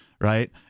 Right